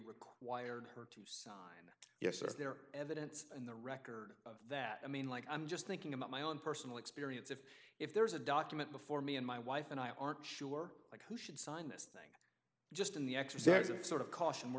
required her to sign yes is there evidence in the record that i mean like i'm just thinking about my own personal experience if if there's a document before me and my wife and i aren't sure of who should sign this thing just in the exercising sort of caution we're